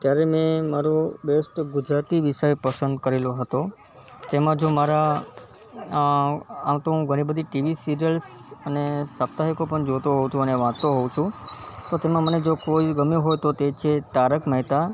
ત્યારે મેં મારો બૅસ્ટ ગુજરાતી વિષય પસંદ કરેલો હતો તેમાં જો મારા અ આમ તો હું ઘણી બધી ટીવી સીરિઅલ્સ અને સાપ્તાહિકો પણ જોતો હોઉં છું અને વાંચતો હોઉં છું તો તેમાં મને જો કોઈ ગમ્યું હોય તો તે છે તારક મહેતા